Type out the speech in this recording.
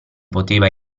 poteva